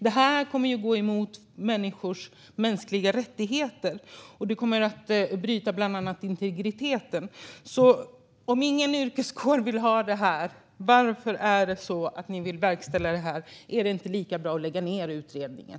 Det här kommer att gå emot människors mänskliga rättigheter och bryta integriteten. Om ingen yrkeskår vill ha det här, varför vill ni ändå verkställa det? Är det inte lika bra att lägga ned utredningen?